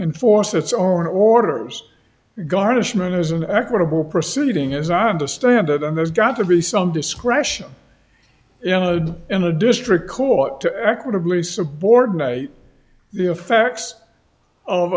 enforce its own orders garnishment is an equitable proceeding as i understand it and there's got to be some discretion in a in a district court to equitably subordinate the effects of